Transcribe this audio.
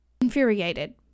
infuriated